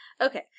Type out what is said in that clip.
Okay